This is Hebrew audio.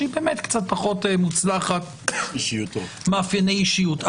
שהיא באמת קצת פחות מוצלחת מאפייני אישיות.